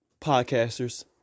podcasters